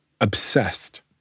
obsessed